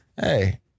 Hey